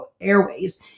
Airways